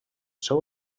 seu